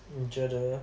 你觉得